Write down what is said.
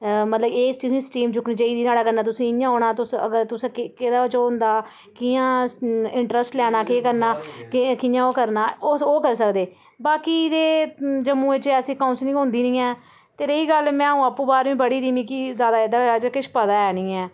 मतलब एह् सटीम चुक्कनी चाहिदी न्हाड़ै कन्नै तुसें इ'यां औना तुस अगर तुस कै कैह्दे च ओह् होंदा कियां इंट्रस्ट लैना केह् करना केह् कियां ओह् करना उस ओह् करी सकदे बाकी ते जम्मू च ऐसी कोंसलिंग होंदी नी ऐ ते रेही गल्ल में आपूं बाह्रमीं पढ़ी दी मिगी ज्यादा एह्दे बारै च किश पता ऐ नी ऐ